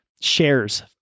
shares